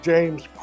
James